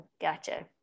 gotcha